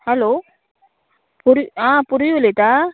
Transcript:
hello Puri आं पुरी उलयता